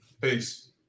Peace